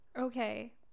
Okay